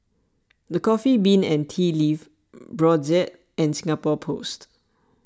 the Coffee Bean and Tea Leaf Brotzeit and Singapore Post